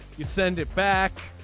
you send it back